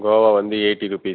கோவா வந்து eighty rupees